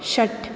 षट्